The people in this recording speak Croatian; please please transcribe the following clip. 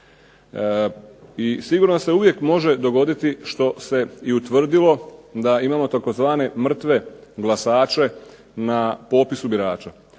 I sigurno se uvijek može dogoditi što se i utvrdilo da imamo tzv. mrtve glasače na popisu birača.